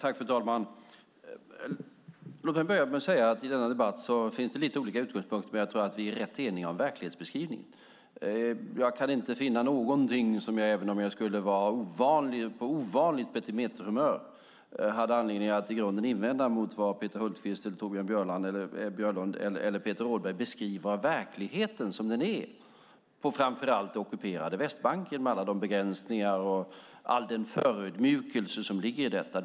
Fru talman! Låt mig börja med att säga att i denna debatt finns lite olika utgångspunkter, men jag tror att vi är rätt eniga om verklighetsbeskrivningen. Jag kan inte finna någon anledning, även om jag skulle vara på ovanligt petimäterhumör, att i grunden invända mot vad Peter Hultqvist, Torbjörn Björlund och Peter Rådberg beskriver som verkligheten på framför allt det ockuperade Västbanken med alla de begränsningar och all den förödmjukelse som ligger i detta.